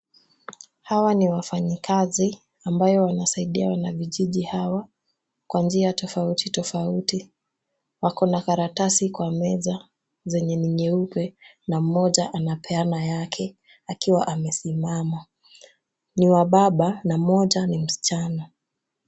Hawa ni wafanyikazi ambao wanasaidia wanavijiji hawa kwa njia tofauti tofauti. Wako na karatasi kwa meza zenye ni nyeupe na mmoja anapeana yake akiwa amesimama. Ni wababa na mmoja ni msichana.